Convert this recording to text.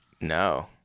No